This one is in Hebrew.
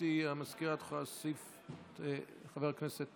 גברתי המזכירה, את יכולה להוסיף את חבר הכנסת